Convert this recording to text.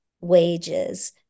wages